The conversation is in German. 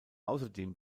außerdem